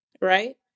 Right